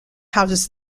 houses